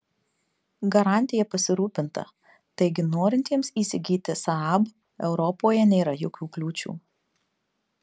garantija pasirūpinta taigi norintiems įsigyti saab europoje nėra jokių kliūčių